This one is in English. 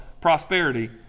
prosperity